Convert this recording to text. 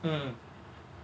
mmhmm